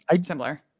similar